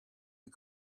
you